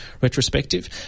retrospective